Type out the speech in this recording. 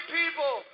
people